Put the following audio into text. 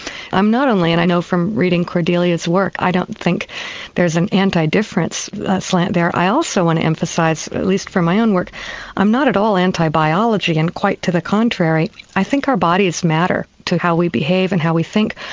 not only and i know from reading cordelia's work i don't think there's an anti-difference slant there. i also want to emphasise at least from my own work i'm not at all anti-biology and quite to the contrary. i think our bodies matter to how we behave and how we think,